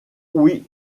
oui